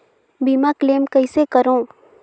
बीमा क्लेम कइसे करों?